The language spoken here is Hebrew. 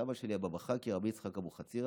סבא שלי הוא הבאבא חאקי, רבי יצחק אבוחצירא.